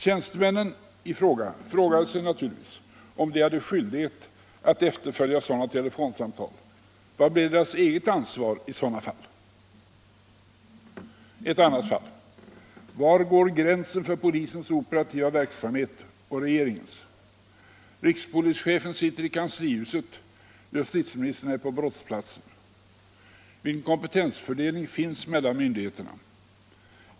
Tjänstemännen i fråga måste naturligtvis fråga sig om de hade skyldighet att efterfölja sådana telefonsamtal. Vad blev deras eget ansvar i sådana fall? Ett annat fall: Var går gränsen för polisens operativa verksamhet och regeringens? Rikspolischefen sitter i kanslihuset, justitieministern är på brottsplatsen. Vilken kompetensfördelning finns mellan myndigheterna?